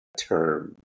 term